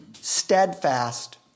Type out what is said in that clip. steadfast